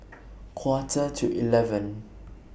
Quarter to eleven